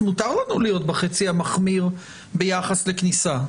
מותר לנו להיות בחצי המחמיר ביחס לכניסה,